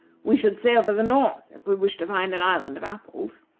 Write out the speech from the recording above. we should sail for the north if we wished to find an island of apples.